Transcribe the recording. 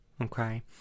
okay